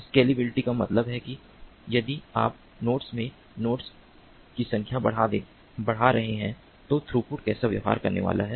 scalability का मतलब है कि यदि आप नेटवर्क में नोड्स की संख्या बढ़ा रहे हैं तो थ्रूपुट कैसे व्यवहार करने वाला है